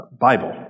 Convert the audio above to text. Bible